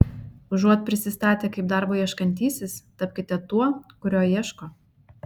užuot prisistatę kaip darbo ieškantysis tapkite tuo kurio ieško